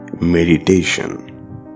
meditation